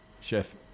chef